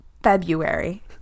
February